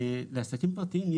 הישירים,